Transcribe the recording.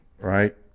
right